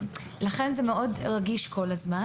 לכן, זה מאוד רגיש כל הזמן.